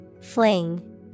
Fling